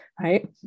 right